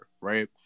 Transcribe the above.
right